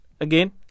again